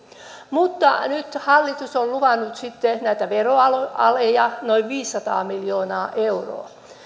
mutta nyt hallitus on luvannut näitä veroaleja noin viisisataa miljoonaa euroa